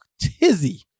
tizzy